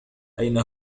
أين